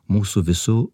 mūsų visų